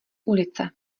ulice